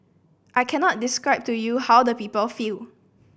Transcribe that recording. I cannot describe to you how the people feel